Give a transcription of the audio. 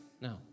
No